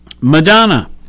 Madonna